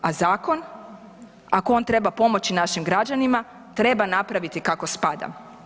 A zakon, ako on treba pomoći našim građanima treba napraviti kako spada.